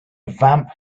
vamp